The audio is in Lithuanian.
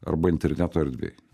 arba interneto erdvėj